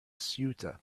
ceuta